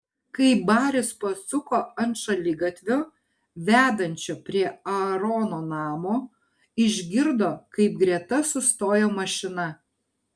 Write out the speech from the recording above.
kai baris pasuko ant šaligatvio vedančio prie aarono namo išgirdo kaip greta sustojo mašina